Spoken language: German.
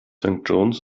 john’s